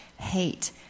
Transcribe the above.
hate